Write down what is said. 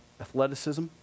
athleticism